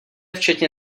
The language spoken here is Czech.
včetně